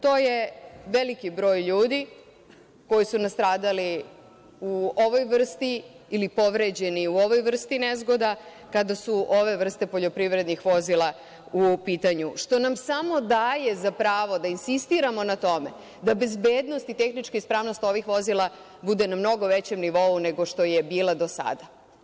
To je veliki broj ljudi koji su nastradali u ovoj vrsti ili povređeni u ovoj vrsti nezgoda, a kada je ova vrsta poljoprivrednih vozila u pitanju, što nam samo daje za pravo da insistiramo na tome da bezbednost i tehnička ispravnost ovih vozila bude na mnogo većem nivou, nego što je bila do sada.